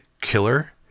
killer